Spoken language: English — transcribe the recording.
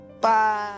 Bye